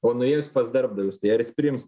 o nuėjus pas darbdavius tai ar jis priims